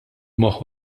moħħ